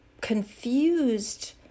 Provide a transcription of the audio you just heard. confused